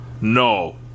no